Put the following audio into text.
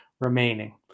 remaining